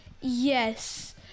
Yes